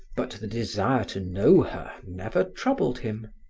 but the desire to know her never troubled him.